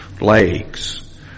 legs